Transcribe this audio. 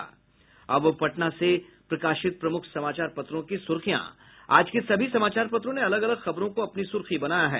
अब पटना से प्रकाशित प्रमुख समाचार पत्रों की सुर्खियां आज के सभी समाचार पत्रों ने अलग अलग खबरों को अपनी सुर्खी बनाया है